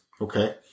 Okay